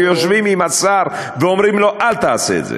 שיושבים עם השר ואומרים לו: אל תעשה את זה.